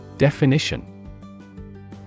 Definition